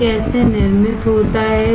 यह कैसे निर्मित होता है